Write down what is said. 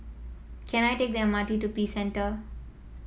can I take the M R T to Peace Centre